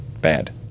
bad